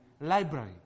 library